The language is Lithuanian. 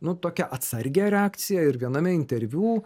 nu tokią atsargią reakciją ir viename interviu